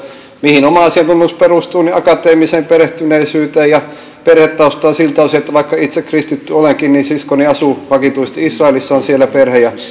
mihin oma asiantuntemukseni perustuu niin akateemiseen perehtyneisyyteen ja perhetaustaan siltä osin että vaikka itse kristitty olenkin niin siskoni asuu vakituisesti israelissa hänellä on siellä perhe ja